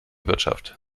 wirtschaft